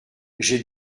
j’ai